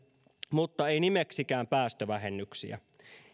mutta ei nimeksikään päästövähennyksiä